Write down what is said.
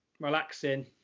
relaxing